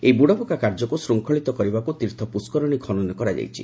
ଏହି ବୁଡ଼ପକା କାର୍ଯ୍ୟକୁ ଶୂଙ୍ଖଳିତ କରିବାକୁ ତୀର୍ଥ ପୁଷ୍କରିଶୀ ଖନନ କରାଯାଇଛି